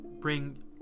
Bring